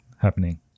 happening